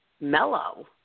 mellow